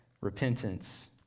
repentance